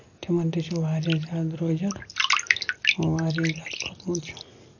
تِمن تہِ چھُ واریاہ زیادٕ درٛوٚجر واریاہ زیادٕ کھۄتہٕ ہن چھُ